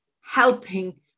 helping